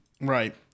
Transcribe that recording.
Right